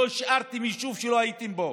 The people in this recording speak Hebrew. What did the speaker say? לא השארתם יישוב שלא הייתם בו.